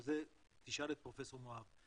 אבל זה תשאל את פרופ' מואב.